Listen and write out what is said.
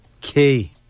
Key